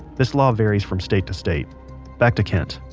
this law varies from state to state back to kent